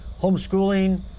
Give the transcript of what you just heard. homeschooling